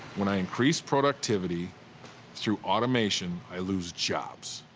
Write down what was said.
when i increase productivity through automation, i lose jobs.